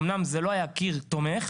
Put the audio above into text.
אמנם זה לא היה קיר תומך,